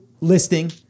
listing